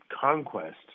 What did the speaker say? conquest